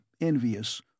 envious